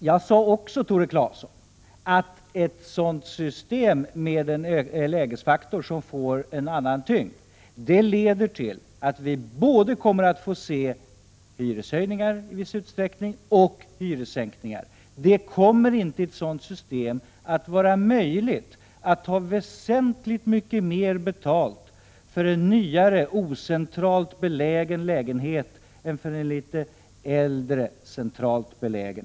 Jag sade också, Tore Claeson, att ett sådant system, med en lägesfaktor som får en annan tyngd, leder både till hyreshöjningar i viss utsträckning och till hyressänkningar. Med ett sådant system kommer det inte att vara möjligt att ta väsentligt mycket mer betalt för en nyare, ocentralt belägen lägenhet än för en litet äldre, centralt belägen.